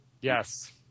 Yes